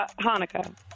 Hanukkah